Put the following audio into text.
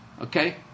Okay